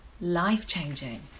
life-changing